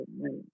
money